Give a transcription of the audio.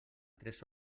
tres